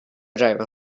driver